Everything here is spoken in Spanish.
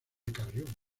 carrión